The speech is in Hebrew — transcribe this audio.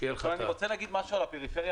כשיהיה לך --- אני רוצה להגיד משהו על הפריפריה,